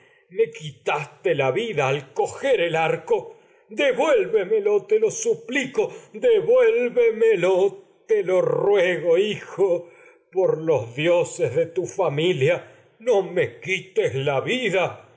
me quitaste la vida al ger te el arco devuélvemelo te lo suplico ruego devuélvemelo familia ni me no me lo hijo por los dioses de tu quites la vida